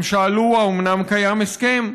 הם שאלו, האומנם קיים הסכם?